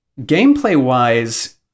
gameplay-wise